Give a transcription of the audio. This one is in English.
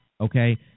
okay